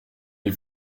mes